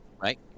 Right